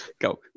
go